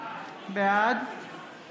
בעד